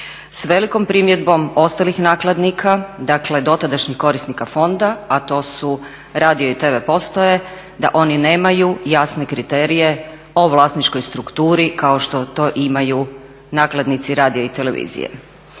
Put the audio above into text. s velikom primjedbom ostalih nakladnika, dakle dotadašnjih korisnika fonda, a to su radio i tv postaje, da oni nemaju jasne kriterije o vlasničkoj strukturi kao što to imaju nakladnici radija i televizije.